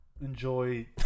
Enjoy